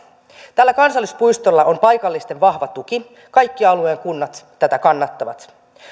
tällä kansallispuistolla on paikallisten vahva tuki kaikki alueen kunnat tätä kannattavat